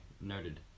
Noted